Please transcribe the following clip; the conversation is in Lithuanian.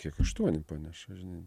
kiek aštuoni paneša žinai